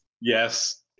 Yes